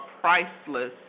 priceless